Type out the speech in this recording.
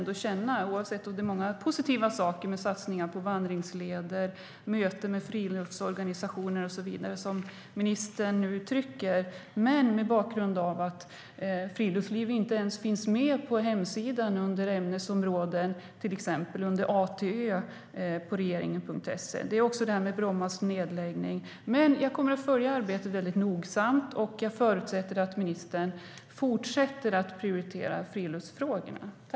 Det finns mycket positivt med satsningar på vandringsleder, möten med friluftsorganisationer och så vidare, som ministern tar upp, men mot bakgrund av att friluftsliv inte ens finns med under ämnesområdena, exempelvis under A-Ö, på regeringen.se känner jag ändå en viss oro. Det gäller även Brommas nedläggning. Jag kommer att följa arbetet noga, och jag förutsätter att ministern fortsätter att prioritera friluftsfrågorna.